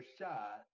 shot